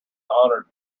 honoured